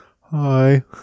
Hi